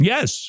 Yes